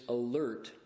alert